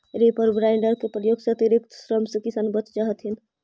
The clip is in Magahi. रीपर बाइन्डर के प्रयोग से अतिरिक्त श्रम से किसान बच जा हथिन